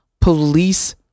police